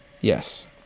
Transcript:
Yes